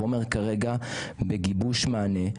החומר כרגע בגיבוש מענה.